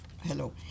hello